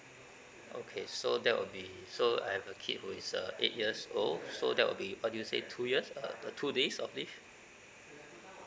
okay so that will be so I have a kid who is a eight years old so there will be what do you say two years uh the two days of leave